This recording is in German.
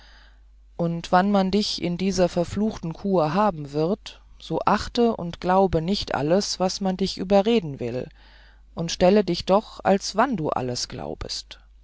und wann man dich in dieser verfluchten kur haben wird so achte und glaube nicht alles was man dich überreden will und stelle dich doch als wann du alles glaubtest